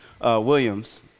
Williams